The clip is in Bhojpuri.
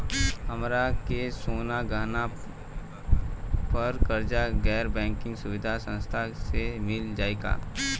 हमरा के सोना गहना पर कर्जा गैर बैंकिंग सुविधा संस्था से मिल जाई का?